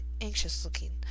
anxious-looking